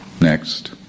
Next